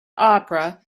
opera